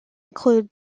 include